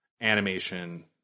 animation